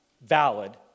valid